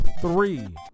three